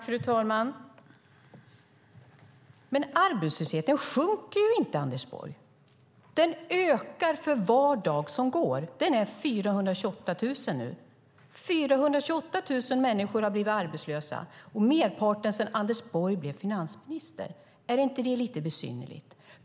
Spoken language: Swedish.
Fru talman! Men arbetslösheten sjunker ju inte Anders Borg. Den ökar för var dag som går. Den omfattar 428 000 personer nu. 428 000 människor har blivit arbetslösa, merparten sedan Anders Borg blev finansminister. Är inte det lite besynnerligt?